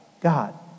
God